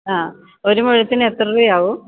അ ഒരു മുഴത്തിനു എത്രരൂപ ആകും